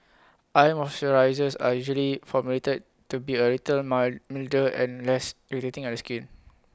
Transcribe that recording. eye moisturisers are usually formulated to be A little milder and less irritating A skin